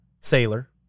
sailor